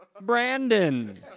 Brandon